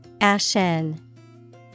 Ashen